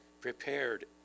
prepared